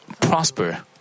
prosper